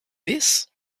this